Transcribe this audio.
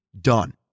Done